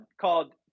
called